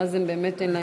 ואז באמת אין להם,